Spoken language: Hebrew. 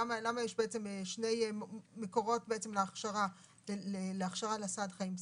למה יש בעצם שני מקורות להכשרה לסעד חיים בסיסי?